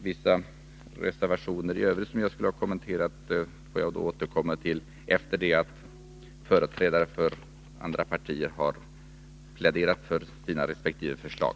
Vissa reservationer som jag skulle ha kommenterat får jag återkomma till efter det att företrädare för andra partier har pläderat för sina resp. förslag.